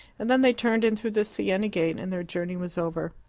and then they turned in through the siena gate, and their journey was over.